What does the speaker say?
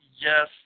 yes